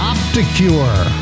OptiCure